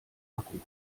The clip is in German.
akku